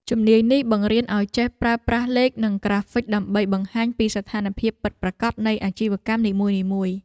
ជំនាញនេះបង្រៀនឱ្យយើងចេះប្រើប្រាស់លេខ និងក្រាហ្វិកដើម្បីបង្ហាញពីស្ថានភាពពិតប្រាកដនៃអាជីវកម្មនីមួយៗ។